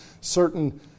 certain